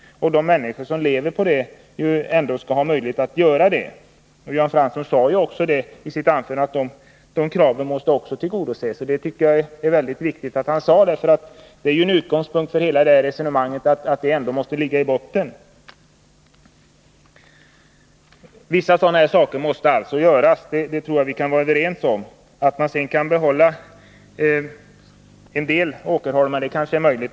De människor som lever på jordbruket skall ha möjlighet att göra det. Även Jan Fransson sade i sitt anförande att också de kraven måste tillgodoses. Det är väldigt viktigt att framhålla, därför att utgångspunkten för hela det här resonemanget är ju att det måste ligga i botten. Vissa saker måste alltså göras. Jag tror att vi kan vara överens på den punkten. Att behålla en del åkerholmar är kanske möjligt.